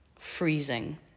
freezing